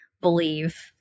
believe